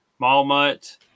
Malmut